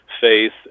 faith